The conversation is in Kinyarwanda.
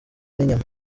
n’inyama